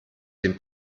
den